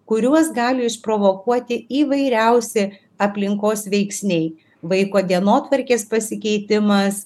kuriuos gali išprovokuoti įvairiausi aplinkos veiksniai vaiko dienotvarkės pasikeitimas